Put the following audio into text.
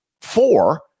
four